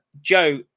Joe